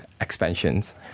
expansions